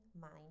mind